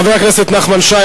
חבר הכנסת נחמן שי,